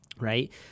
Right